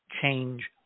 change